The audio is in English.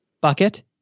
bucket